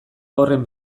horren